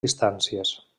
distàncies